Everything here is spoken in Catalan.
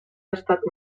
tastat